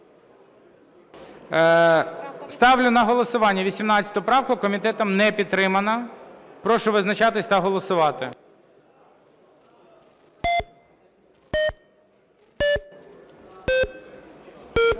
Ставлю на голосування 7 правку Власенка. Комітетом не підтримана. Прошу визначатись та голосувати.